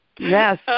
Yes